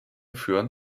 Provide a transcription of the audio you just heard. führen